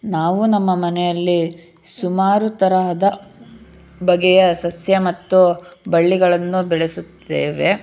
ನಾವು ನಮ್ಮ ಮನೆಯಲ್ಲಿ ಸುಮಾರು ತರಹದ ಬಗೆಯ ಸಸ್ಯ ಮತ್ತು ಬಳ್ಳಿಗಳನ್ನು ಬೆಳೆಸುತ್ತೇವೆ